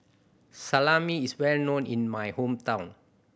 salami is well known in my hometown